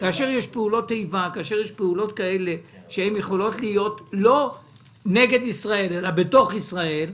כאשר יש פעולות איבה שיכולות להיות לא נגד ישראל אלא בתוך ישראל,